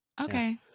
Okay